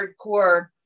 hardcore